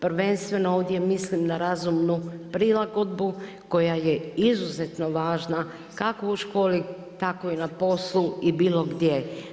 Prvenstveno ovdje mislim na razumnu prilagodbu koja je izuzetno važna kako u školi, tako i na poslu i bilo gdje.